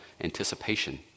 anticipation